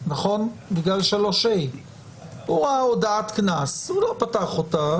בגלל 3ה. הוא ראה הודעת קנס, הוא לא פתח אותה.